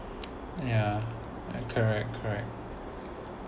yeah correct correct